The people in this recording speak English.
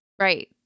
right